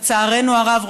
לצערנו הרב,